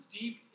deep